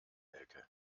elke